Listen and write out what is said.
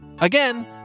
Again